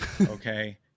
okay